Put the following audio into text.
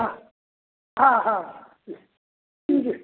हँ हँ हँ हँ ठीक